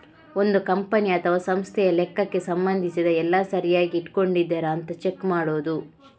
ಒಂದು ಕಂಪನಿ ಅಥವಾ ಸಂಸ್ಥೆಯ ಲೆಕ್ಕಕ್ಕೆ ಸಂಬಂಧಿಸಿದ ಎಲ್ಲ ಸರಿಯಾಗಿ ಇಟ್ಕೊಂಡಿದರಾ ಅಂತ ಚೆಕ್ ಮಾಡುದು